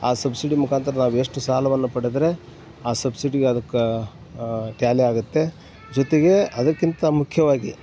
ಆ ಸಬ್ಸಿಡಿ ಮುಖಾಂತರ ನಾವು ಎಷ್ಟು ಸಾಲವನ್ನು ಪಡೆದರೆ ಆ ಸಬ್ಸಿಡಿಗೆ ಅದಕ್ಕೆ ಟ್ಯಾಲಿ ಆಗುತ್ತೆ ಜೊತೆಗೆ ಅದಕ್ಕಿಂತ ಮುಖ್ಯವಾಗಿ